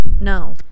No